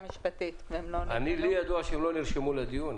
לי ידוע שהם לא נרשמו לדיון.